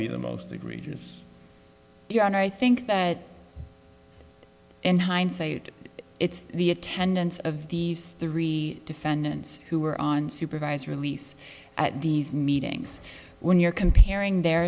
be the most egregious and i think that in hindsight it's the attendance of these three defendants who were on supervised release at these meetings when you're comparing their